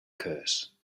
curse